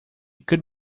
could